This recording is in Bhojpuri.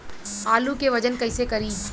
आलू के वजन कैसे करी?